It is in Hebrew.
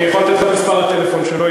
אני יכול לתת לך את מספר הטלפון שלו.